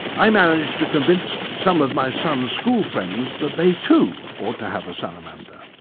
i managed to convince some of my son's school friends that they too ought to have a salamander.